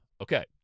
Okay